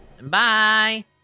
Bye